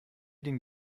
den